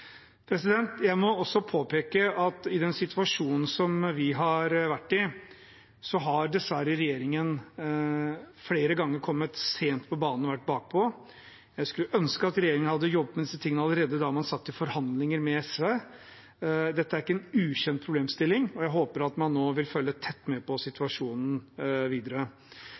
Jeg må også påpeke at i den situasjonen som vi har vært i, har dessverre regjeringen flere ganger vært bakpå og kommet sent på banen. Jeg skulle ønske at regjeringen hadde jobbet med disse tingene allerede da regjeringspartiene satt i forhandlinger med SV. Dette er ikke en ukjent problemstilling, og jeg håper at man nå vil følge tett med på situasjonen videre.